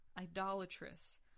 idolatrous